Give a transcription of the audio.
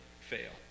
fail